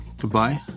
goodbye